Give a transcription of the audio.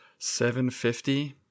750